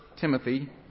Timothy